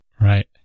Right